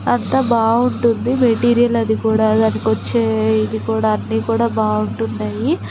అంతా బాగుంటుంది మెటీరియల్ అది కూడా దానికొచ్చే ఇది కూడా అన్ని కూడా బాగుంటున్నాయి